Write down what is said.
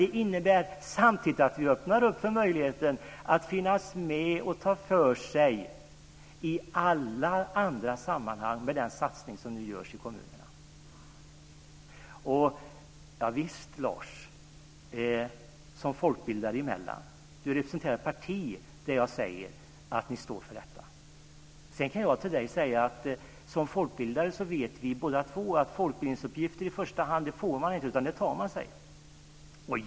Det innebär samtidigt att vi öppnar för möjligheten att finnas med och ta för sig i alla andra sammanhang med den satsning som nu görs i kommunerna. Lars representerar ett parti som står för en viss politik. Sedan kan jag till honom säga att vi som folkbildare båda två vet att man i första hand inte får folkbildningsuppgifter utan att man tar sig dem.